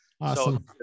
Awesome